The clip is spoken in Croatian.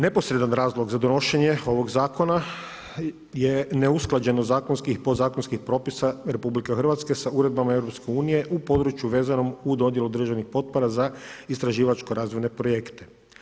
Neposredna razlog za donošenje ovog zakona je neusklađenost zakonskih i podzakonskih propisa RH sa uredbama EU-a u području vezanom u dodjeli državnih potpora za istraživačko-razvojne projekte.